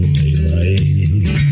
daylight